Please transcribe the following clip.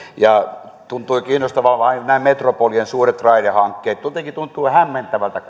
ja tuntuivat kiinnostavan vain nämä metropolien suuret raidehankkeet jotenkin tuntuu hämmentävältä